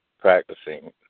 practicing